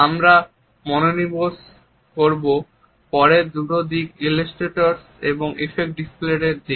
আমরা মনোনিবেশ করব পরের দুটি দিক ইলাস্ট্রেটর এবং এফেক্ট ডিসপ্লেসের দিকে